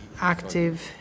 active